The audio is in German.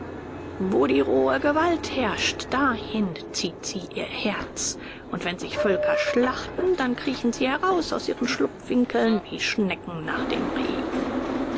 wo die rohe gewalt herrscht dahin zieht sie ihr herz und wenn sich völker schlachten dann kriechen sie heraus aus ihren schlupfwinkeln wie schnecken nach dem regen